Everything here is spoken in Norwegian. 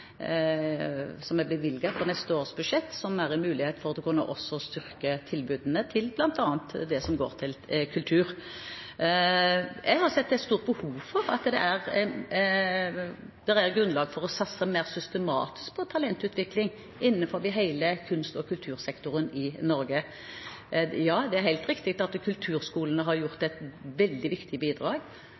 som er bevilget på neste års budsjett, og det gir en mulighet for også å styrke tilbudene av bl.a. kultur. Jeg har sett et stort behov for, og det er grunnlag for, å satse mer systematisk på talentutvikling innenfor hele kunst- og kultursektoren i Norge. Ja, det er helt riktig at kulturskolene har gitt et veldig viktig bidrag,